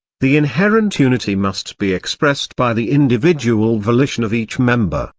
the inherent unity must be expressed by the individual volition of each member,